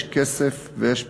יש כסף ויש פיזור.